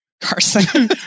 Carson